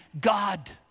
God